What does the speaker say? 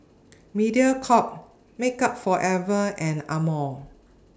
Mediacorp Makeup Forever and Amore